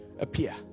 appear